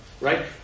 Right